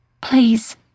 Please